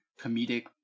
comedic